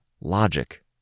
logic